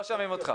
לא שומעים אותך,